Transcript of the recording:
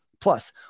Plus